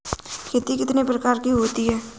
खेती कितने प्रकार की होती है?